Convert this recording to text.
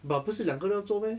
but 不是两个都要做 meh